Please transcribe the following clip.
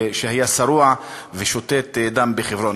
שהיה שרוע ושותת דם בחברון.